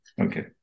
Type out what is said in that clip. Okay